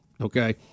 okay